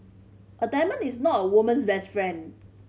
a diamond is not a woman's best friend